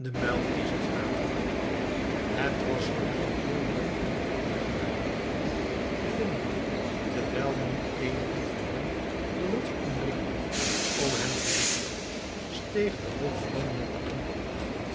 de muilezels na te rijden het was hun van veel meer belang den eigenaar der dieren te vinden terwijl nu eenigen van hen de rots omgingen om hem te zoeken steeg de hoofdman met de anderen af